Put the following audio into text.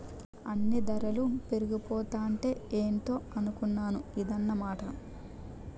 అన్నీ దరలు పెరిగిపోతాంటే ఏటో అనుకున్నాను ఇదన్నమాట